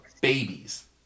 babies